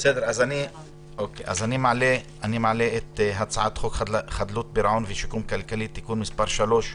אני מעלה להצבעה את הצעת חוק חדלות פירעון ושיקום כלכלי (תיקון מס' 3)